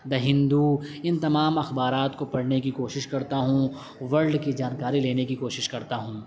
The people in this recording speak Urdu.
دا ہندو ان تمام اخبارات کو پڑھنے کی کوشش کرتا ہوں ولڈ کی جانکاری لینے کی کوشش کرتا ہوں